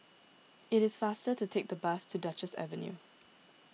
it is faster to take the bus to Duchess Avenue